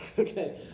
Okay